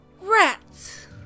Rats